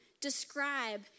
describe